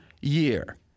year